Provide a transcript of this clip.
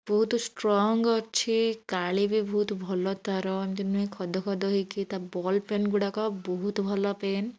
ବହୁତ ଷ୍ଟ୍ରଙ୍ଗ୍ ଅଛି କାଳି ବି ବହୁତ ଭଲ ତା'ର ଏମିତି ନୁହେଁ ଖଦ ଖଦ ହୋଇକି ତା ବଲ୍ପେନ୍ଗୁଡ଼ାକ ବହୁତ ଭଲ ପେନ୍